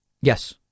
Yes